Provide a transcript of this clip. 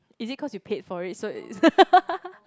is it cause you paid for it so is